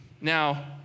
Now